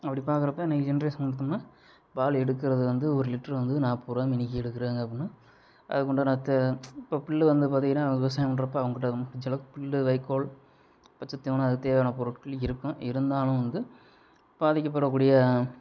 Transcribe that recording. அப்படி பார்க்குறப்ப இன்னிக்கி ஜென்ரேஷன் எடுத்தோம்னா பால் எடுக்கறது வந்து ஒரு லிட்ரு வந்து நாற்பது ரூபாமேனிக்கி எடுக்கிறாங்க அப்புடின்னா அதுக்குண்டான இப்போ புல்லு வந்து பார்த்தீங்கனா விவசாயம் பண்றப்போ அவங்ககிட்ட புல்லு வைக்கோல் பச்சை தீவனம் அதுக்கு தேவையான பொருட்கள் இருக்கும் இருந்தாலும் வந்து பாதிக்கப்படக்கூடிய